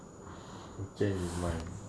which change is mine